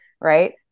right